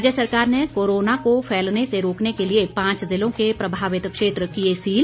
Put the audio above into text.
राज्य सरकार ने कोरोना को फैलने से रोकने के लिए पांच ज़िलों के प्रभावित क्षेत्र किए सील